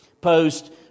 post